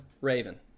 Raven